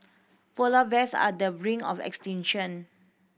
polar bears are the brink of extinction